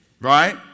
Right